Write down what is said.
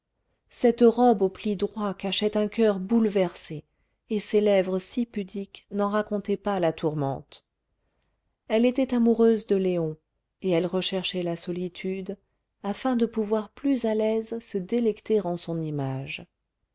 cette robe aux plis droits cachait un coeur bouleversé et ces lèvres si pudiques n'en racontaient pas la tourmente elle était amoureuse de léon et elle recherchait la solitude afin de pouvoir plus à l'aise se délecter en son image